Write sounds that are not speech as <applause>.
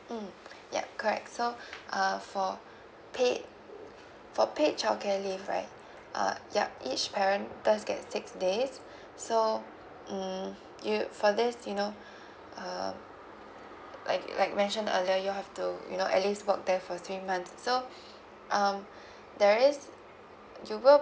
mm <breath> ya correct so <breath> uh for paid for paid child care leave right <breath> uh ya each parent does get six days <breath> so mm you for this you know <breath> uh like like mentioned earlier you have to you know at least work there for three months so <breath> um <breath> there is you will